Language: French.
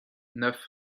neuf